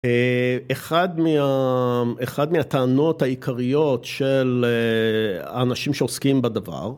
אחד מהטענות העיקריות של האנשים שעוסקים בדבר